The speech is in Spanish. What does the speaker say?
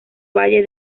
valle